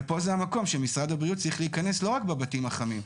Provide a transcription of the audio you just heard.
ופה זה המקום שמשרד הבריאות צריך להיכנס לא רק בבתים החמים,